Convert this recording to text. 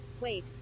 wait